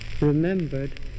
remembered